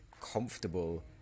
comfortable